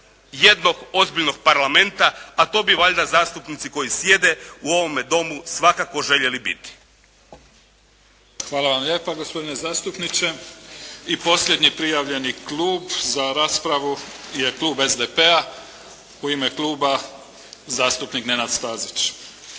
jednog ozbiljnog Parlamenta, a to bi valjda zastupnici koji sjede u ovome Domu svakako željeli biti. **Mimica, Neven (SDP)** Hvala vam lijepa gospodine zastupniče. I posljednji prijavljeni klub za raspravu je klub SDP-a. U ime kluba zastupnik Nenad Stazić.